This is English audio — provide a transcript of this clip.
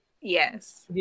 Yes